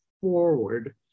forward